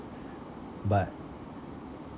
but